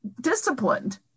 disciplined